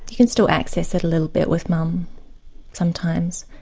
can still access it a little bit with mum sometimes.